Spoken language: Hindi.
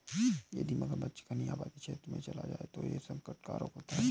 यदि मगरमच्छ घनी आबादी क्षेत्र में चला जाए तो यह संकट कारक होता है